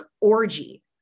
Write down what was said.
orgy